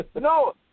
No